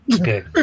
Okay